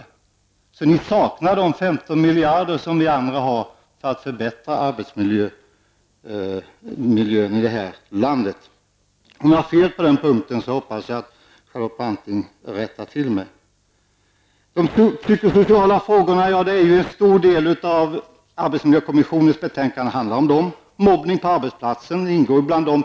I sådana fall saknar ni de 15 miljarder som vi andra har för att förbättra arbetsmiljön i det här landet. Om jag har fel på den punkten hoppas jag att Charlotte Branting rättar mig. En stor del av arbetsmiljökommissionens betänkande handlar om de psykosociala frågorna. Mobbning på arbetsplatsen ingår bland dem.